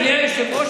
אדוני היושב-ראש,